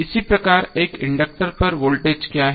इसी प्रकार एक इंडक्टर पर वोल्टेज क्या है